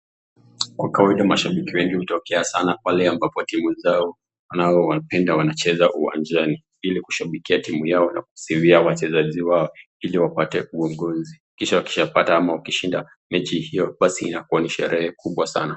Kwa kawaida mashabiki wengi hutokea sana pale ambapo timu zao wanao wapenda wanacheza uwanjani ili kushabikia timu yao na kuwasihi wachezaji wao ili wapate uongozi. Kisha wakishapata ama wakishinda mechi hiyo basi inakuwa ni sherehe kubwa sana.